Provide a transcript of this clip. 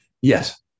Yes